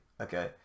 okay